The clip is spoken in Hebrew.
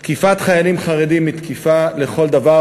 תקיפת חיילים חרדים היא תקיפה לכל דבר,